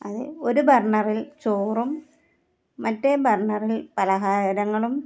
അത് ഒരു ബർണ്ണറിൽ ചോറും മറ്റേ ബർണ്ണറിൽ പലഹാരങ്ങളും